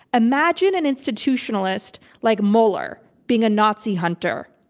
imagine an institutionalist like mueller being a nazi hunter.